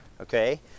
okay